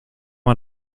man